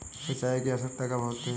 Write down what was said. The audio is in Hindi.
सिंचाई की आवश्यकता कब होती है?